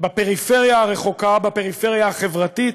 בפריפריה הרחוקה, בפריפריה החברתית.